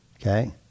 Okay